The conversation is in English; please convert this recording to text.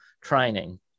training